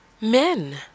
men